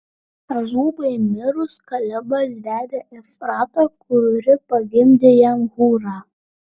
azubai mirus kalebas vedė efratą kuri pagimdė jam hūrą